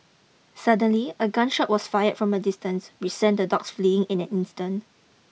suddenly a gun shot was fired from a distance we sent the dogs fleeing in an instant